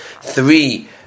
three